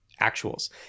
actuals